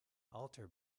altar